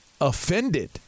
offended